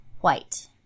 white